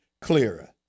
clearer